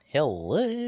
Hello